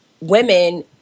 women